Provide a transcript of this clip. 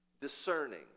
discerning